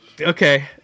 Okay